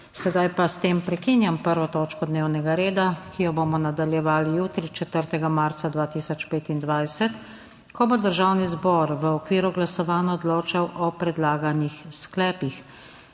Sedaj pa s tem prekinjam 1. točko dnevnega reda, ki jo bomo nadaljevali jutri, 4. marca 2025, ko bo Državni zbor v okviru glasovanj odločal o predlaganih sklepih.